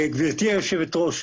היושבת-ראש,